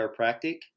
chiropractic